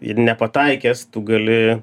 ir nepataikęs tu gali